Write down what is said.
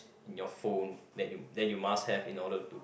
in your phone that you that you must have in order to